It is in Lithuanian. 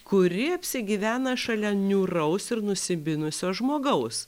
kuri apsigyvena šalia niūraus ir nusiminusio žmogaus